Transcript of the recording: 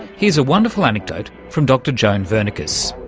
here's a wonderful anecdote from dr joan vernikos.